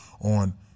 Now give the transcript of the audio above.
on